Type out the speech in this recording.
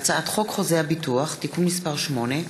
הצעת חוק חוזה הביטוח (תיקון מס' 8),